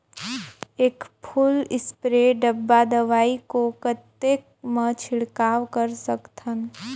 एक full spray डब्बा दवाई को कतेक म छिड़काव कर सकथन?